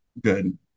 Good